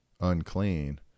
unclean